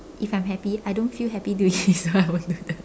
if I'm happy I don't feel happy doing it I won't do it